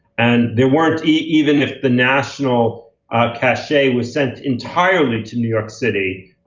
and there weren't, even if the national cache was sent entirely to new york city,